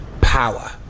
power